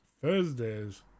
Thursdays